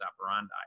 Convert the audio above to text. operandi